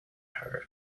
her